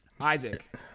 Isaac